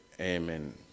Amen